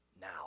now